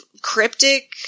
cryptic